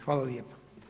Hvala lijepa.